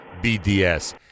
BDS